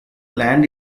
land